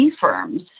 firms